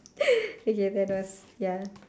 okay that was ya